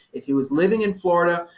if he was living in florida,